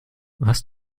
was